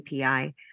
API